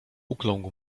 ukląkł